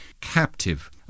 captive